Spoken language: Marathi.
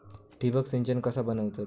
ठिबक सिंचन कसा बनवतत?